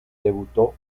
debutó